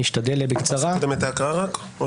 לא מתנהל פה שיח, כי אתם לא מוכנים לתת לדבר.